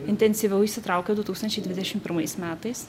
intensyviau įsitraukiau du tūkstančiai dvidešim pirmais metais